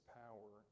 power